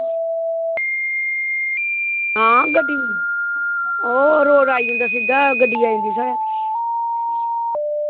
आं गड्डी ओह् रोड़ आई जंदा सिद्धा ते गड्डी आई जंदी